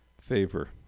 favor